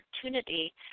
opportunity